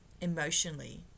emotionally